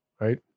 right